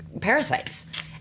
parasites